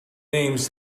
names